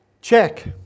Check